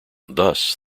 thus